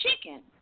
chicken